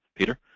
peter